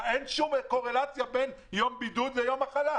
אין שום קורלציה בין יום בידוד ליום מחלה.